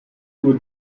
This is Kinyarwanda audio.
ubu